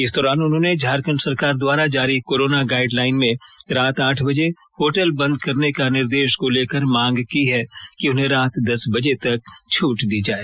इस दौरान उन्होंने झारखंड सरकार द्वारा जारी कोरोना गाइडलाइन में रात आठ बजे होटल बंद करने का निर्देश को लेकर मांग की है कि उन्हें रात दस बजे तक छूट दी जाए